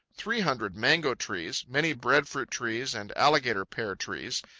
three hundred mango trees, many breadfruit trees and alligator-pear trees,